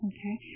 Okay